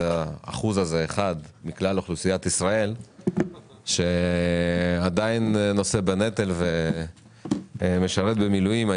זה האחוז מכלל אוכלוסיית ישראל שעדיין נושא בנטל ומשרת במילואים.